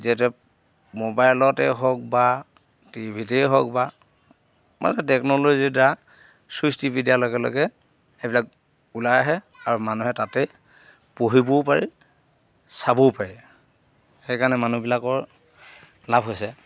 যিহেতু মোবাইলতে হওক বা টিভিতেই হওক বা মানে টেকন'লজিৰ দ্বাৰা ছুইচ টিপি দিয়াৰ লগে লগে সেইবিলাক ওলাই আহে আৰু মানুহে তাতেই পঢ়িবও পাৰি চাবও পাৰি সেইকাৰণে মানুহবিলাকৰ লাভ হৈছে